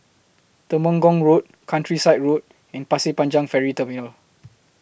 Temenggong Road Countryside Road and Pasir Panjang Ferry Terminal